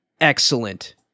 excellent